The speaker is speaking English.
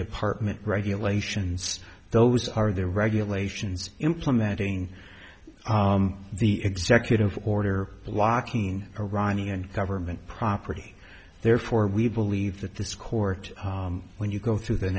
department regulations those are the regulations implementing the executive order blocking iranian government property therefore we believe that this court when you go through the